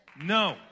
No